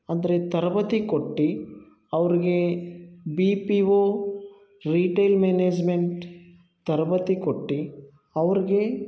ಅಂದರೆ ತರಬೇತಿ ಕೊಟ್ಟು ಅವ್ರಿಗೆ B P O retail management ತರಬೇತಿ ಕೊಟ್ಟು ಅವ್ರಿಗೆ